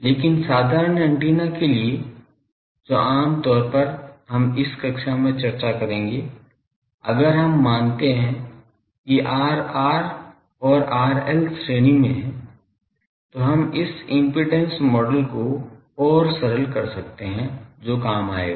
लेकिन साधारण एंटेना के लिए जो आम तौर पर हम इस कक्षा में चर्चा करेंगे अगर हम मानते हैं कि Rr और RL श्रेणी में हैं तो हम इस इम्पीडेन्स मॉडल को और सरल कर सकते हैं जो काम आएगा